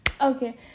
Okay